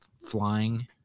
flying